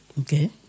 Okay